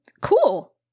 cool